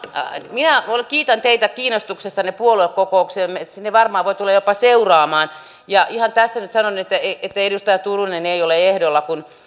minä kiitän teitä kiinnostuksestanne puoluekokoukseemme sinne varmaan voi tulla jopa seuraamaan ja ihan tässä nyt sanon että edustaja turunen ei ole ehdolla kun